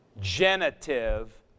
genitive